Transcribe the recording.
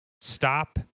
stop